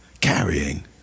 carrying